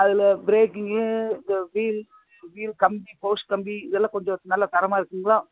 அதில் பிரேக்கிங்கு இந்த வீல் வீல் கம்பி போஸ்ட் கம்பி இதெலாம் கொஞ்சம் நல்ல தரமாக இருக்குதுங்களா